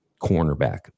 cornerback